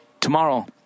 tomorrow